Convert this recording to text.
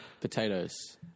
Potatoes